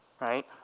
right